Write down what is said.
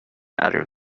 other